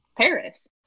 Paris